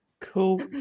Cool